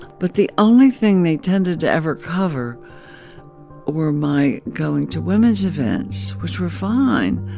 but the only thing they tended to ever cover were my going to women's events, which were fine.